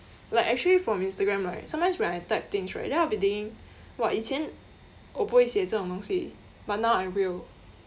like actually from instagram right sometimes when I type things right then I will be thinking !wah! 以前我不会写这种东西 but now I will